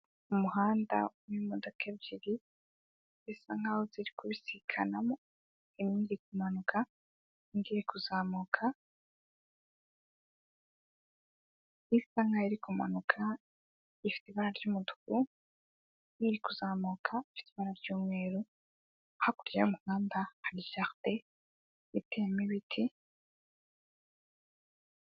Umuhanda w'imodoka ebyiri zisa nk'aho ziri kubisikanamo imwe iri kumanuka indi iri kuzamuka. Isa nk'aho iri kumanuka ifite ibara ry'umutuku, iri kuzamuka ifite ibara ry'umweru. Hakurya y'umuhanda hari jaride iteyemo ibiti.